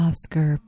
Oscar